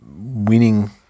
winning